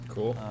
Cool